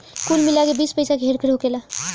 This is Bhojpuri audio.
कुल मिला के बीस पइसा के हेर फेर होखेला